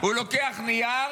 הוא לוקח נייר